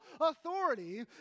authority